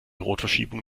rotverschiebung